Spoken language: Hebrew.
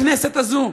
הכנסת הזאת,